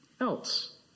else